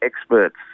experts